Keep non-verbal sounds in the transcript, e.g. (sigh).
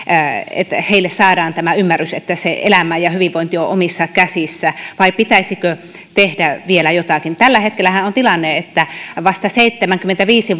että heille saadaan tämä ymmärrys että se elämä ja hyvinvointi ovat omissa käsissä vai pitäisikö tehdä vielä jotakin tällä hetkellähän on tilanne että vasta seitsemänkymmentäviisi (unintelligible)